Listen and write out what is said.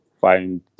find